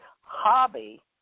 hobby